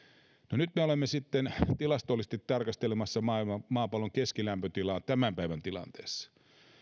nyt me olemme sitten tilastollisesti tarkastelemassa maapallon keskilämpötilaa tämän päivän tilanteessa